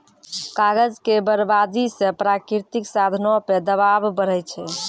कागज के बरबादी से प्राकृतिक साधनो पे दवाब बढ़ै छै